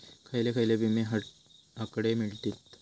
खयले खयले विमे हकडे मिळतीत?